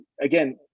again